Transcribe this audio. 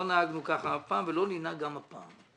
לא נהגנו ככה אף פעם ולא ננהג גם הפעם.